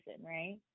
right